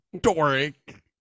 Doric